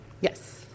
Yes